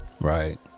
Right